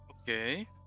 Okay